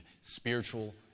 spiritual